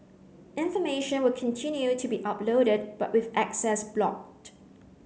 information will continue to be uploaded but with access blocked